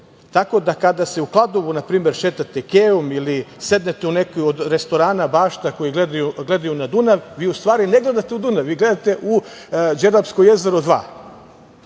primer, kada se u Kladovu šetate kejom ili sednete u nekom od restorana, bašte koje gledaju na Dunav, vi u stvari ne gledate u Dunav, vi gledate u Đerdapsko jezero 2.U